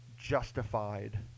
justified